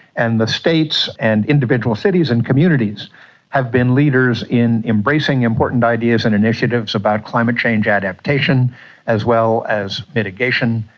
and the states and individual cities and communities have been leaders in embracing important ideas and initiatives about climate change adaptation as well as mitigation.